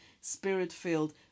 Spirit-filled